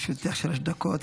לרשותך שלוש דקות.